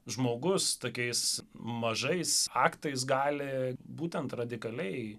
žmogus tokiais mažais aktais gali būtent radikaliai